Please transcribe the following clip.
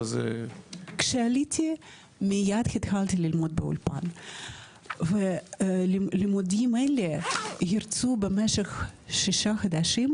וכשעליתי מיד התחלתי ללמוד באולפן והלימודים האלה היו במשך שישה חודשים,